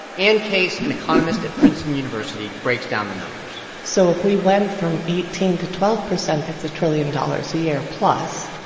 anne case, an economist at princeton university, breaks down the numbers so if we went from eighteen to twelve percent, that's a trillion dollars a year plus.